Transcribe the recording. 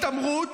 התעמרות,